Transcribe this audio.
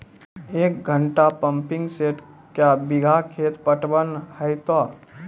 एक घंटा pumping set क्या बीघा खेत पटवन है तो?